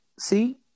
see